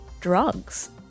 drugs